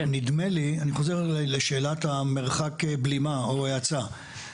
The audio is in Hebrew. נדמה לי, אני חוזר לשאלת מרחק הבלימה או האצה.